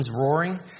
roaring